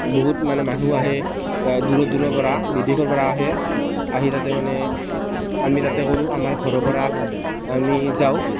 বহুত মানে মানুহ আহে দূৰৈৰ দূৰৈৰ পৰা বিদেশৰ পৰা আহে আহি তাতে মানে আমি তাতে কৰোঁ আমাৰ ঘৰৰ পৰা আমি যাওঁ